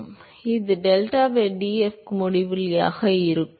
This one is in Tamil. எனவே அது டெட்டா மூலம் df க்குள் முடிவிலியாக இருக்கும்